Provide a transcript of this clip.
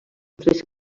tres